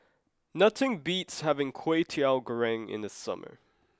nothing beats having Kway Teow Goreng in the summer